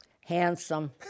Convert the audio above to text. Handsome